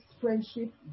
friendship